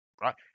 Right